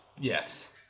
yes